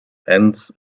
hands